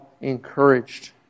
encouraged